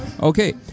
Okay